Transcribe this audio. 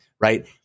Right